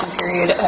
period